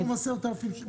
עשרת אלפים שקל?